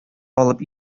алып